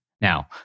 Now